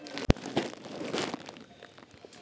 कौन मोला शादी बर दस हजार रुपिया ऋण मिल सकत है?